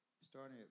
Starting